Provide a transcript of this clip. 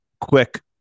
quick